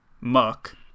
Muck